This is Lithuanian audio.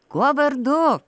kuo vardu